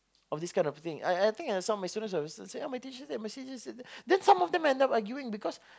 of this kind of thing I I think I saw my student my student say oh my teacher said my teacher said that then some of them I never I giving because